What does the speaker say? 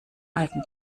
alten